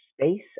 space